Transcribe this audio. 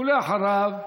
ואחריו,